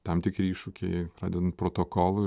tam tikri iššūkiai pradedant protokolu ir